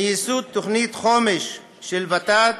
מיסוד תוכנית חומש של ות"ת